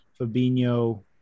Fabinho